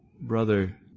Brother